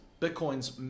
Bitcoin's